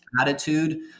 attitude